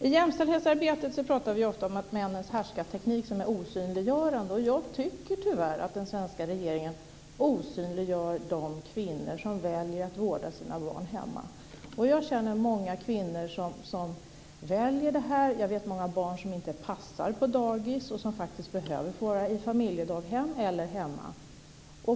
I jämställdhetsarbetet talar vi ofta om att männens härskarteknik är osynliggörande. Jag tycker tyvärr att den svenska regeringen osynliggör de kvinnor som väljer att vårda sina barn hemma. Jag känner många kvinnor som väljer det. Jag vet många barn som inte passar på dagis och som faktiskt behöver få vara i familjedaghem eller hemma.